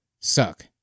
Suck